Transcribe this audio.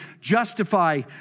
justify